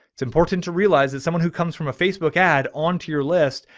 it's important to realize that someone who comes from a facebook ad onto your list,